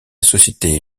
société